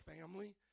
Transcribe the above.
family